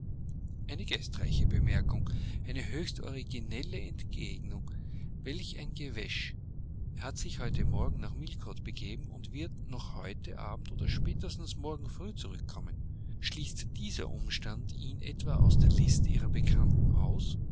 eine geistreiche bemerkung eine höchst originelle entgegnung welch ein gewäsch er hat sich heute morgen nach millcote begeben und wird noch heute abend oder spätestens morgen früh zurückkommen schließt dieser umstand ihn etwa aus der liste ihrer bekannten aus